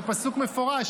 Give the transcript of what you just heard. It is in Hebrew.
זה פסוק מפורש,